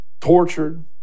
tortured